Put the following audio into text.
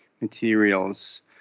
materials